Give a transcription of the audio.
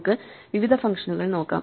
നമുക്ക് വിവിധ ഫംഗ്ഷനുകൾ നോക്കാം